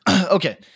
Okay